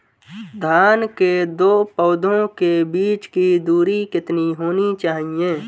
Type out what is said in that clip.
धान के दो पौधों के बीच की दूरी कितनी होनी चाहिए?